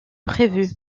prévu